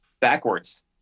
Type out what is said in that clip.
backwards